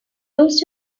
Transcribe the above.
used